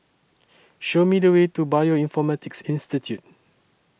Show Me The Way to Bioinformatics Institute